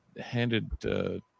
Handed